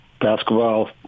basketball